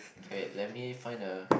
okay wait let me find a